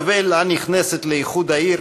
הנכנסת לאיחוד העיר